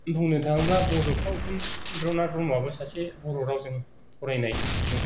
बुंनो थाङोब्ला बड'फा उफेन्द्र नाथ ब्रह्मआबो सासे बर' रावजों फरायनाय सुबुं